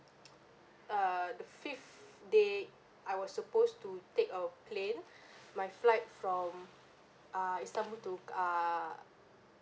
uh the fifth day I was supposed to take a plane my flight from ah istanbul to ah